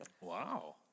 Wow